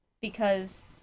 because-